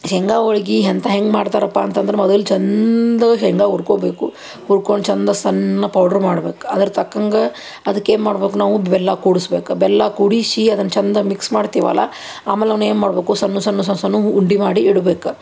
ಶೇಂಗಾ ಹೋಳ್ಗಿ ಹೆಂತ ಹೆಂಗೆ ಮಾಡ್ತಾರಪ್ಪ ಅಂತಂದ್ರೆ ಮೊದಲು ಚಂದ ಶೇಂಗಾ ಹುರ್ಕೊಬೇಕು ಹುರ್ಕೊಂಡು ಚಂದ ಸಣ್ಣ ಪೌಡ್ರ್ ಮಾಡ್ಬೇಕು ಅದ್ರ ತಕ್ಕಂಗೆ ಅದಕ್ಕೆ ಏನು ಮಾಡ್ಬೇಕು ನಾವು ಬೆಲ್ಲ ಕೂಡಸ್ಬೇಕು ಬೆಲ್ಲ ಕೂಡಿಸಿ ಅದನ್ನು ಚಂದ ಮಿಕ್ಸ್ ಮಾಡ್ತೀವಲ್ಲ ಆಮೇಲೆ ಅವ್ನ ಏನು ಮಾಡ್ಬೇಕು ಸಣ್ಣ ಸಣ್ಣ ಸಣ್ಣ ಸಣ್ಣ ಹು ಉಂಡೆ ಮಾಡಿ ಇಡ್ಬೇಕು